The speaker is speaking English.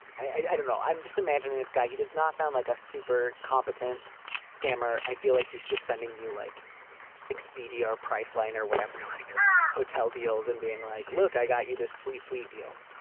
i don't know. i'm just imagining this guy. he does not sound like a super competent scammer. i feel like he's just sending you like expedia or priceline or whatever, like hotel deals and being like, look, i got you this sweet, sweet deal.